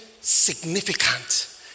significant